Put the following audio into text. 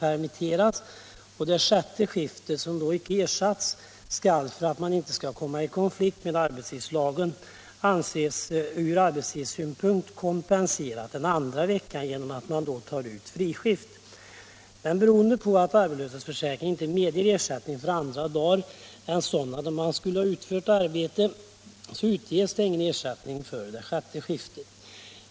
Det sjätte skiftet, som man i det aktuella fallet icke fått ersättning för, skall för att man inte skall komma i konflikt med arbetstidslagen anses kompenserat från arbetstidssynpunkt genom att man tar ut ett friskift under en annan vecka. Men eftersom arbetslöshetsförsäkringen inte medger ersättning för andra dagar än sådana då man skulle ha utfört arbete utges ingen ersättning för det sjätte skiftet.